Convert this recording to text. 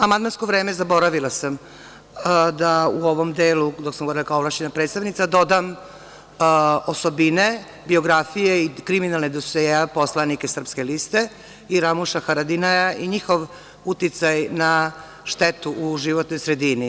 Amandmansko vreme, zaboravila sam da u ovom delu dok sam kao ovlašćena predsednica dodam osobine, biografije i kriminalne dosijee poslanika Srpske liste i Ramuša Haradinaja, i njihov uticaj na štetu u životnoj sredini.